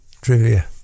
trivia